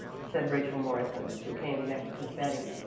said rachel morrison, who came next with betty.